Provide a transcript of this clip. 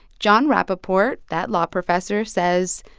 john rappaport, that law professor, says,